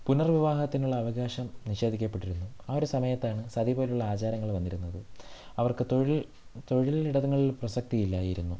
പുനർവിവാഹത്തിനുള്ള അവകാശം നിഷേധിക്കപ്പെട്ടിരുന്നു ആ ഒരു സമയത്താണ് സതി പോലുള്ള ആചാരങ്ങൾ വന്നിരുന്നത് അവർക്ക് തൊഴിൽ തൊഴിലിടങ്ങളിൽ പ്രസക്തി ഇല്ലായിരുന്നു